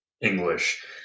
English